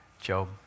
Job